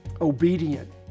obedient